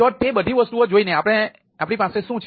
તો તે બધી વસ્તુઓ જોઈને આપણી પાસે શું છે